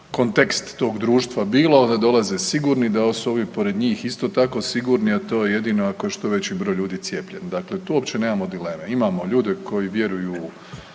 kontekst tog društva bilo, da dolaze sigurni, da su ovi pored njih isto tako sigurni a to je jedino ako je što veći broj ljudi cijepljen. Dakle, tu uopće nemamo dileme. Imamo ljude koji vjeruju